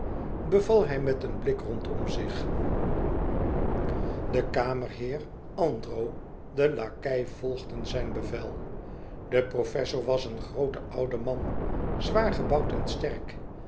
beval hij met een blik rondom zich de kamerheer andro de lakei volgden zijn bevel de professor was een groote oude man zwaar gebouwd en sterk